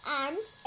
arms